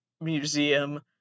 museum